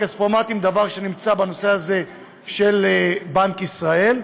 הכספומטים הם דבר שנמצא בנושא הזה של בנק ישראל,